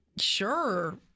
sure